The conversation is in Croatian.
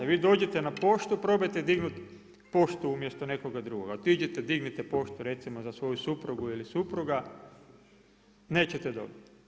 Vi dođete na poštu, probajte dignut poštu umjesto nekoga drugoga, otiđite dignite poštu recimo, za svoju suprugu ili supruga, nećete dobit.